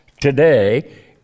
today